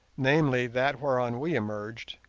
namely that whereon we emerged,